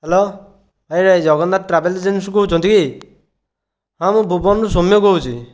hello ଭାଇ ଏଇଟା Jagannath travels ଏଜେନ୍ସିରୁ କହୁଚନ୍ତି କି ହଁ ମୁଁ ଭୁବନରୁ ସୋମ୍ୟ କହୁଚି